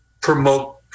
promote